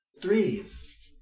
threes